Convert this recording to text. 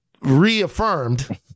reaffirmed